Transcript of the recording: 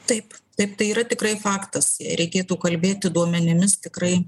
taip taip tai yra tikrai faktas jei reikėtų kalbėti duomenimis tikrai